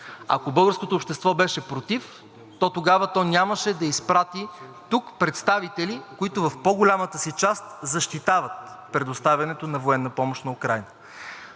Ако българското общество беше против, то тогава нямаше да изпрати тук представители, които в по-голямата си част защитават предоставянето на военна помощ на Украйна.